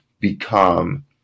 become